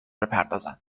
بپردازند